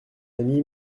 ami